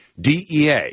DEA